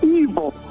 evil